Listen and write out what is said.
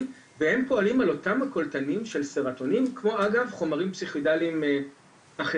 והם פועלים על אתם קולטנים של סרטונין כמו אגב חומרים פסיכידליים אחרים.